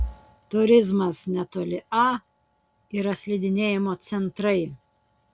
turizmas netoli a yra slidinėjimo centrai